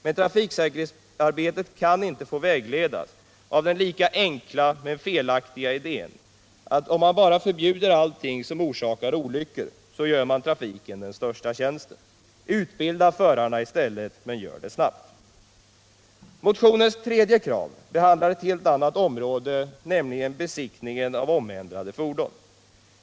Men trafiksäkerhetsarbetet kan inte få vägledas av den lika enkla som felaktiga idén att om man bara förbjuder allting som orsakar olyckor så gör man trafiksäkerheten den största tjänsten. Utbilda förarna i stället, men gör det snart! Motionens tredje krav behandlar ett helt annat område, nämligen besiktningen av omändrade fordon.